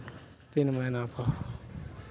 तीन महीनापर